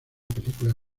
película